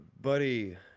buddy